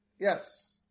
Yes